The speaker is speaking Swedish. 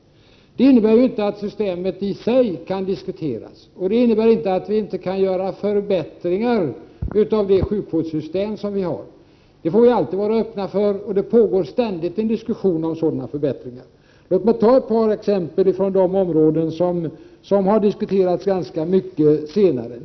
Det innebär inte att systemet i sig inte kan diskuteras. Och det innebär inte att vi inte kan göra förbättringar av det sjukvårdssystem som vi har. Det får vi alltid vara öppna för, och det pågår ständigt en diskussion om sådana förbättringar. Låt mig ta ett par exempel från de områden som har diskuterats ganska mycket på senare tid.